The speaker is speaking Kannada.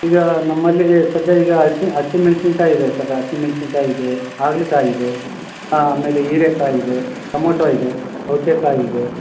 ಈಗ ನಮ್ಮಲ್ಲಿ ಸದ್ಯ ಈಗ ಹಸಿಮೆಣ್ಸಿನ್ಕಾಯ್ ಇದೆ ಸರ್ ಹಸಿಮೆಣ್ಸಿನ್ಕಾಯ್ ಇದೆ ಹಾಗಲಕಾಯಿ ಇದೆ ಹಾಂ ಆಮೇಲೆ ಹೀರೇಕಾಯ್ ಇದೆ ಟಮೊಟೊ ಇದೆ ಸೌತೆಕಾಯಿ ಇದೆ